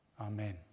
Amen